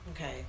okay